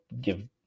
give